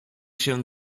się